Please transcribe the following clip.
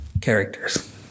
characters